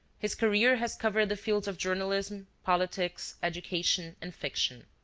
his career has covered the fields of journalism, politics, education and fiction.